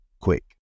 quick